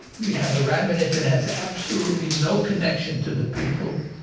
we have a rabbi in it that has absolutely no connection to the people,